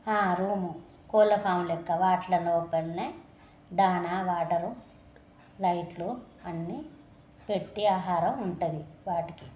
room కోళ్ళ farm లెక్క వాట్లలోపలనే దానా వాటరు లైట్లు అన్ని పెట్టి ఆహారం ఉంటుంది వాటికి